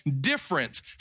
different